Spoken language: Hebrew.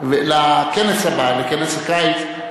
לכנס הקיץ,